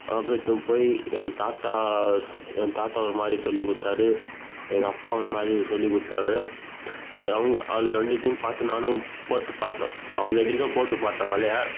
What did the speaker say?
அப்டே இட்டுன்னு போய் ஏன் தாத்தா ஸ் என் தாத்தா ஒரு மாதிரி சொல்லிக் கொடுத்தாரு எங்கள் அப்பா ஒரு மாதிரி சொல்லிக் கொடுத்தாரு அது அவங்க அது ரெண்டுத்தையும் பார்த்து நானும் போட்டுப் பார்த்தேன் அவங்க எதிர்க்கையே போட்டு பார்த்தேன் வலையை